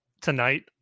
tonight